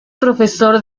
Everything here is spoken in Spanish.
profesor